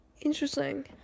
Interesting